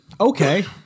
okay